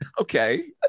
Okay